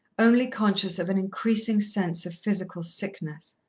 only conscious of an increasing sense of physical sickness.